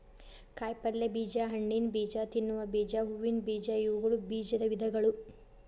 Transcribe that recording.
ಕಾಯಿಪಲ್ಯ ಬೇಜ, ಹಣ್ಣಿನಬೇಜ, ತಿನ್ನುವ ಬೇಜ, ಹೂವಿನ ಬೇಜ ಇವುಗಳು ಬೇಜದ ವಿಧಗಳು